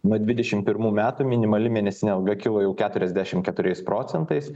nuo dvidešim pirmų metų minimali mėnesinė alga kilo jau keturiasdešim keturiais procentais